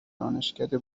دانشکده